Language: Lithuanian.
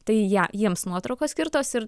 tai ją jiems nuotraukos skirtos ir